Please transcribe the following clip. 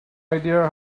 idea